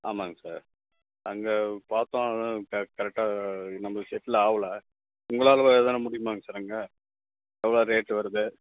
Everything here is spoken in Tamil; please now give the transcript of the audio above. ஆமாங்க சார் அங்கே பார்த்தோம் கரெக்டாக நம்மளுக்கு செட்டில் ஆகல உங்களால் எதுவும் முடியுமாங்க சார் அங்கே எவ்வளோ ரேட்டு வருது